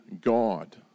God